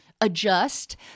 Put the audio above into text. adjust